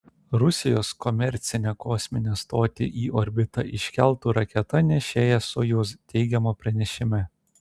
rusijos komercinę kosminę stotį į orbitą iškeltų raketa nešėja sojuz teigiama pranešime